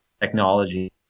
technology